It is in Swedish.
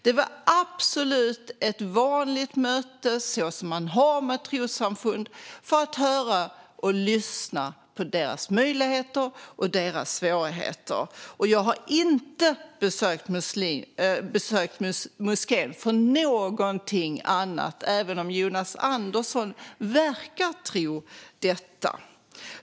Det var absolut ett vanligt möte så som man har med trossamfund för att höra och lyssna om deras möjligheter och svårigheter. Jag har inte besökt moskén för någonting annat än det, även om Jonas Andersson verkar tro detta.